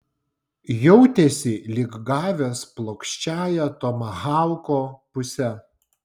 jautėsi lyg gavęs plokščiąja tomahauko puse